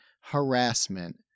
harassment